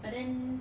but then